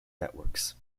networks